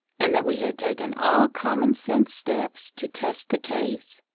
and that we had taken all common-sense steps to test the case,